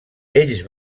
ells